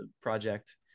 project